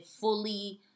fully